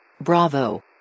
Bravo